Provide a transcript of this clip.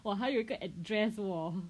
我还有一个 address !whoa!